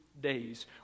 days